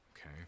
okay